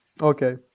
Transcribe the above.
Okay